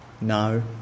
No